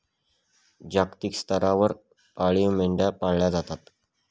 जागतिक स्तरावर पाळीव मेंढ्या पाळल्या जातात